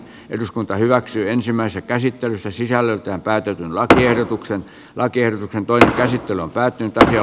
eduskunta hyväksyi ensimmäisessä käsittelyssä sisällöltään päätyyn lakiehdotuksen lager mutta toisen käsittely päättyy tänään